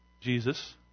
Jesus